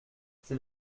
c’est